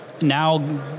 now